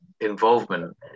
involvement